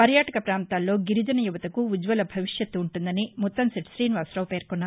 పర్యాటక ప్రాంతాల్లో గిరిజన యువతకు ఉజ్ఘ్టల భవిష్యత్తు వుంటుందని ముత్తంశెట్టి శ్రీనివాసరావు పేర్కొన్నారు